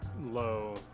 low